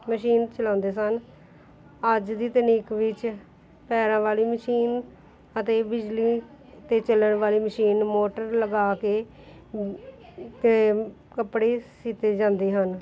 machine ਚਲਾਉਂਦੇ ਸਨ ਅੱਜ ਦੀ ਤਕਨੀਕ ਵਿੱਚ ਪੈਰਾਂ ਵਾਲੀ ਮਸ਼ੀਨ ਅਤੇ ਬਿਜਲੀ 'ਤੇ ਚੱਲਣ ਵਾਲੀ ਮਸ਼ੀਨ ਮੋਟਰ ਲਗਾ ਕੇ ਅਤੇ ਕੱਪੜੇ ਸੀਤੇ ਜਾਂਦੇ ਹਨ